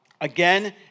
Again